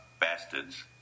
Bastards